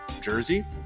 jersey